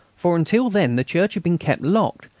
for until then the church had been kept locked,